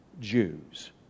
Jews